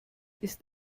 ist